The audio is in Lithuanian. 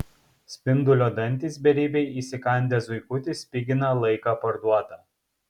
spindulio dantys beribiai įsikandę zuikutį spigina laiką parduotą